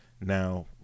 now